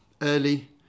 early